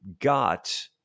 got